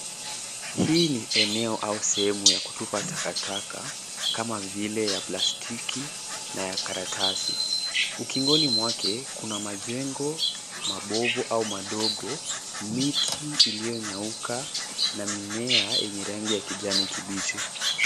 Hii ni eneo au sehemu ya kutupa takataka kama vile ya plastiki na ya karatasi. Ukingoni mwake kuna majengo mabovu au madogo, miti iliyonyauka na mimea yenye rangi ya kijani kibichi.